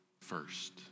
first